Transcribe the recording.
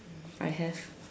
I have